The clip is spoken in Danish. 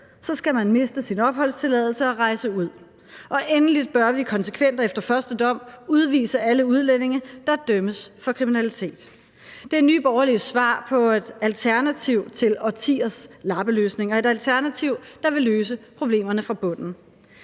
skal man miste sin opholdstilladelse og rejse ud. Endelig bør vi konsekvent og efter første dom udvise alle udlændinge, der dømmes for kriminalitet. Det er Nye Borgerliges svar på et alternativ til årtiers lappeløsninger og et alternativ, der vil løse problemerne fra bunden.